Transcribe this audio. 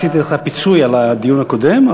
עשיתי לך פיצוי על הדיון הקודם,